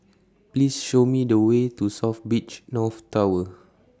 Please Show Me The Way to South Beach North Tower